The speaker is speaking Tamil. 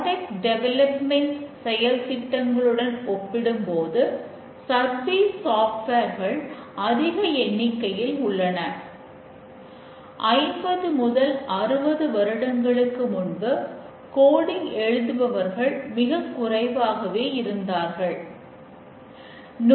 தகவலுடன் கூடிய கார்ட்டூனைக் இருப்பதற்கு இதுவே காரணம்